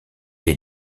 est